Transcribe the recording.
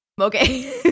Okay